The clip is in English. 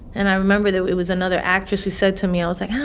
and i remember there it was another actress who said to me i was like,